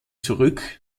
zurück